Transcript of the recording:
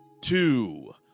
two